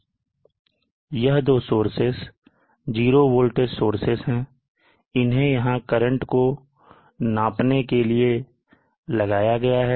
यह दो sources zero voltage sources हैं इन्हें यहां करंट को नापने के लिए लगाया गया है